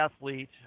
athlete